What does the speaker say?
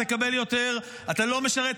תקבל יותר, אתה לא משרת?